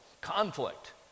conflict